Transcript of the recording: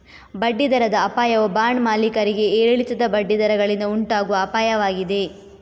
ಬಡ್ಡಿ ದರದ ಅಪಾಯವು ಬಾಂಡ್ ಮಾಲೀಕರಿಗೆ ಏರಿಳಿತದ ಬಡ್ಡಿ ದರಗಳಿಂದ ಉಂಟಾಗುವ ಅಪಾಯವಾಗಿದೆ